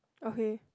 okay